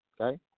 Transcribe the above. Okay